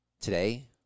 Today